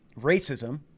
racism